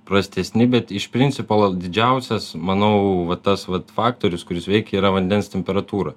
prastesni bet iš principo gal didžiausias manau va tas vat faktorius kuris veikė yra vandens temperatūra